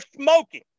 smoking